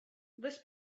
this